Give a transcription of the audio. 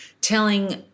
telling